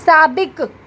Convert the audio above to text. साबिक़ु